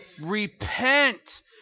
Repent